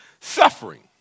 suffering